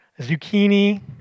zucchini